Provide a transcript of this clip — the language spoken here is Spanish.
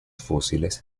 fósiles